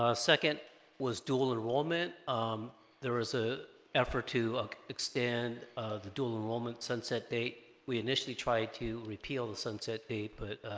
ah second was dual enrollment um there was a effort to extend the dual enrollment sunset date we initially tried to repeal the sunset date but